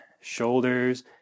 shoulders